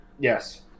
Yes